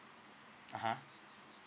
uh !huh!